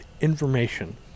information